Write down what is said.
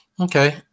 Okay